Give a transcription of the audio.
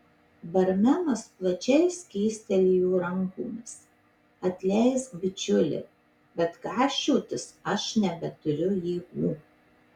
barmenas plačiai skėstelėjo rankomis atleisk bičiuli bet gąsčiotis aš nebeturiu jėgų